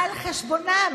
אין לי שם מצביעים,